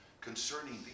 concerning